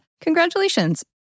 congratulations